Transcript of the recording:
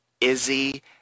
Izzy